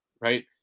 right